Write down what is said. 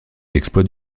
exploits